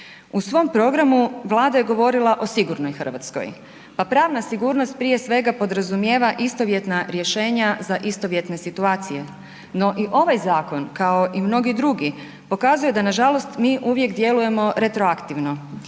U svom programu Vlada je govorila o sigurnoj Hrvatskoj, pa pravna sigurnost prije svega podrazumijeva istovjetna rješenja za istovjetne situacije, no i ovaj zakon kao i mnogi drugi pokazuje da nažalost mi uvijek djelujemo retroaktivno.